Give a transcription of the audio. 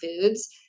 foods